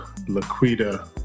Laquita